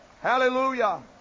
Hallelujah